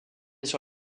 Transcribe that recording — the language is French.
sur